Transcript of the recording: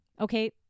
Okay